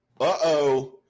uh-oh